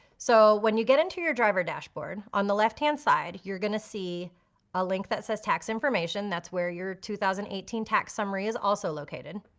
so when you get into your driver dashboard, on the left-hand side you're gonna see a link that says tax information. that's where your two thousand and eighteen tax summary is also located.